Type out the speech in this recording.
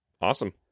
Awesome